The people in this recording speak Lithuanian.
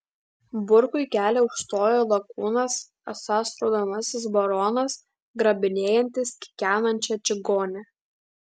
burkui kelią užstojo lakūnas asas raudonasis baronas grabinėjantis kikenančią čigonę